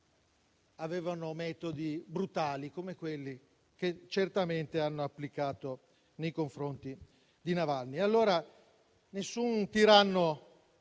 avevano metodi brutali come quelli che certamente hanno applicato nei confronti di Navalny. Nessun tiranno,